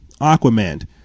Aquaman